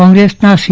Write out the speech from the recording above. કોગ્રેસના સી